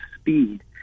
speed